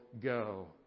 go